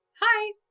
hi